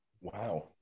Wow